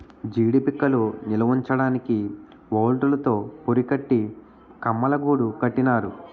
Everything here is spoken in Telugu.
జీడీ పిక్కలు నిలవుంచడానికి వౌల్తులు తో పురికట్టి కమ్మలగూడు కట్టినారు